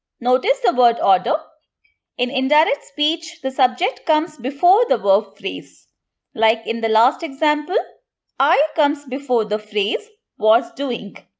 notice the word order in indirect speech the subject comes before the verb phrase like in the last example i comes before the phrase was doing,